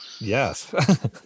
Yes